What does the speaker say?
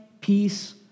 peace